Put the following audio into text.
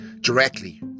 directly